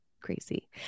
crazy